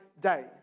day